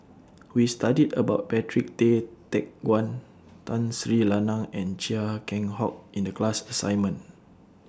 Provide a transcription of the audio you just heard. We studied about Patrick Tay Teck Guan Tun Sri Lanang and Chia Keng Hock in The class assignment